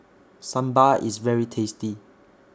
Sambar IS very tasty